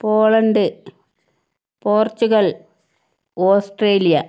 Poland Portugal Australia